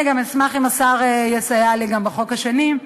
אני אשמח אם השר יסייע לי גם בחוק השני,